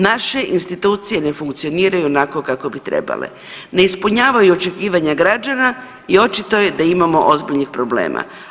Naše institucije ne funkcioniraju onako kako bi trebale, ne ispunjavaju očekivanja građana i očito je da imamo ozbiljnih problema.